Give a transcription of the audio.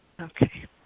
Okay